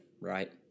right